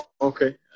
Okay